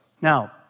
Now